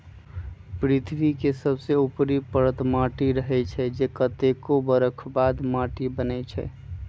पृथ्वी के सबसे ऊपरी परत माटी रहै छइ जे कतेको बरख बाद माटि बनै छइ